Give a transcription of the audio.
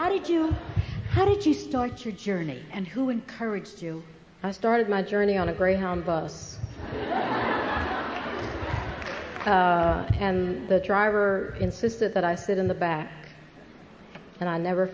how did you how did you start your journey and who encouraged you i started my journey on a greyhound bus i anchor the driver insisted that i sit in the back and i never